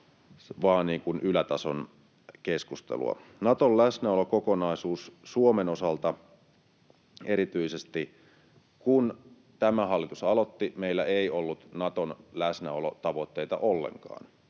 kuin ylätason keskustelua. Naton läsnäolokokonaisuus Suomen osalta erityisesti — kun tämä hallitus aloitti, meillä ei ollut Naton läsnäolotavoitteita ollenkaan.